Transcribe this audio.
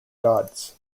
gods